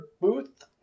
Booth